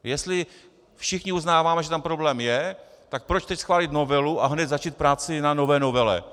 Jestli všichni uznáváme, že tam problém je, tak proč teď schválit novelu a začít práci na nové novele?